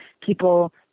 people